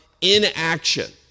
inaction